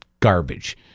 garbage